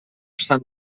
sant